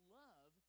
love